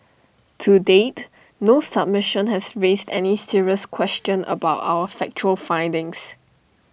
to date no submission has raised any serious question about our factual findings